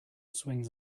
swings